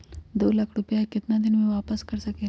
दो लाख रुपया के केतना दिन में वापस कर सकेली?